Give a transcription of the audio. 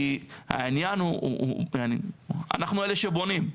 כי העניין הוא, אנחנו אלה שבונים.